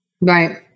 Right